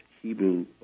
Hebrew